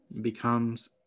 becomes